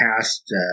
past